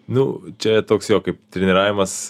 nu čia toks jo kaip treniravimas